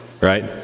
Right